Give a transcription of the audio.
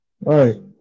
right